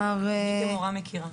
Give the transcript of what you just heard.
כמורה אני מכירה.